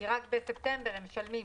כי רק בספטמבר הם משלמים,